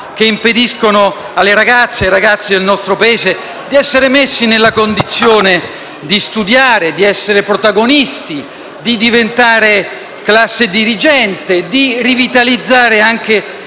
caso, impediscono alle ragazze e ai ragazzi del nostro Paese di essere messi nella condizione di studiare, di essere protagonisti, di diventare classe dirigente, di rivitalizzare anche